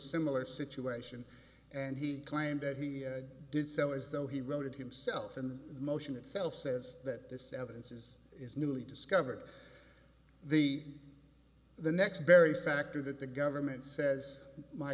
similar situation and he claimed that he did so as though he wrote it himself in the motion itself says that this evidence is is newly discovered the the next barry factor that the government says my